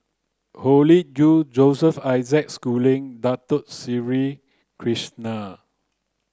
Hoey Choo Joseph Isaac Schooling Dato Sri Krishna